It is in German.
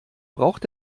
braucht